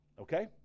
Okay